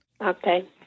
Okay